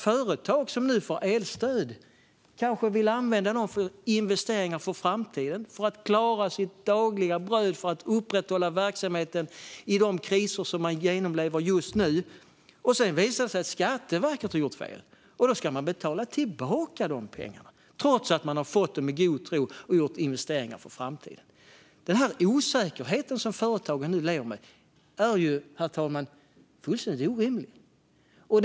Företag som nu får elstöd kanske vill använda det för att investera inför framtiden, för att klara sitt dagliga bröd och för att upprätthålla verksamheten i de kriser man just nu genomlever. Men detta innebär att man om det visar sig att Skatteverket har gjort fel ska betala tillbaka de pengarna, trots att man har fått dem i god tro och gjort investeringar för framtiden. Den osäkerhet som företagen nu lever med är fullständigt orimlig, herr talman.